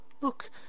Look